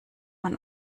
man